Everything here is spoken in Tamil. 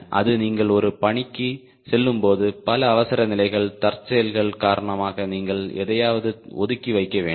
அது நீங்கள் ஒரு பணிக்குச் செல்லும்போது பல அவசரநிலைகள் தற்செயல்கள் காரணமாக நீங்கள் எதையாவது ஒதுக்கி வைக்க வேண்டும்